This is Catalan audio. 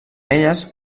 elles